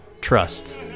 trust